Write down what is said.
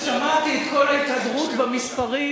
ושמעתי את כל ההתהדרות במספרים